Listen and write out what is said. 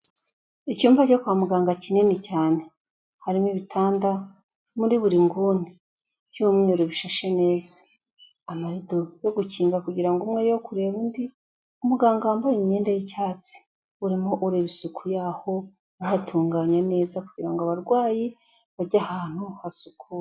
Icyumba cyo kwa muganga kinini cyane. Harimo ibitanda muri buri nguni by'umweru bishashe neza. Amarido yo gukinga kugira ngo umwe ye kureba undi. Umuganga wambaye imyenda y'icyatsi urimo ureba isuku yaho bahatunganya neza kugira ngo abarwayi bajye ahantu hasukuye.